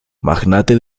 magnate